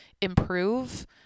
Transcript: improve